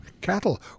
cattle